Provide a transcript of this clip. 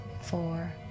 four